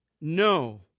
No